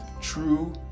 true